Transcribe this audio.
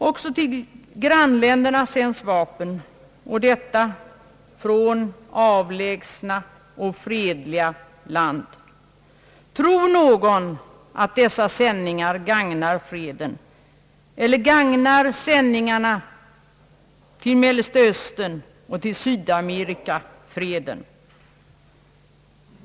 Även till Vietnams grannländer sänds vapen, och detta från avlägsna och fredliga länder. Tror någon att dessa sändningar verkligen gagnar freden? Eller gagnar vapensändningarna till Mellersta Östern och till Sydamerika freden?